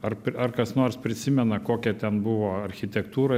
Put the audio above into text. ar ar kas nors prisimena kokia ten buvo architektūra